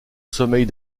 sommeil